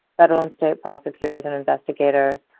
federal and state prosecutors and investigators,